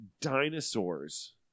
dinosaurs